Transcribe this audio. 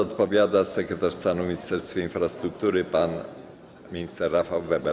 Odpowiada sekretarz stanu w Ministerstwie Infrastruktury pan minister Rafał Weber.